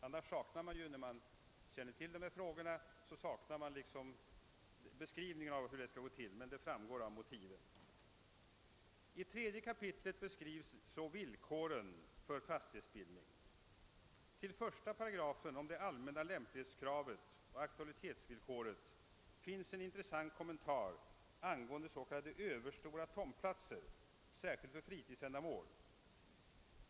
Den som känner till förhållandena saknar annars en beskrivning av hur det skall gå till, men det framgår alltså av motiven. I 3 kap. beskrivs villkoren för fastighetsbildning. Till 1 § om allmänna lämplighetsoch aktualitetskrav finns en intressant kommentar angående s.k. överstora tomter, särskilt för fritidsändamål.